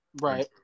Right